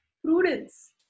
prudence